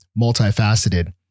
multifaceted